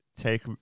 take